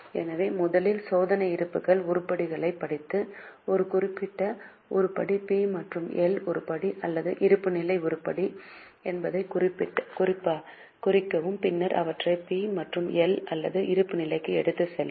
எனவே முதலில் சோதனை இருப்புக்கான உருப்படிகளைப் படித்து ஒரு குறிப்பிட்ட உருப்படி பி மற்றும் எல் உருப்படி அல்லது இருப்புநிலை உருப்படி என்பதைக் குறிக்கவும் பின்னர் அவற்றை பி மற்றும் எல் அல்லது இருப்புநிலைக்கு எடுத்துச் செல்லவும்